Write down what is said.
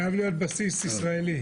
חייב להיות בסיס ישראלי.